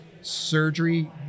surgery